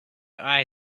eye